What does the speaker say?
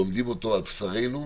לומדים אותו על בשרנו,